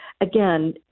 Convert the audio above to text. again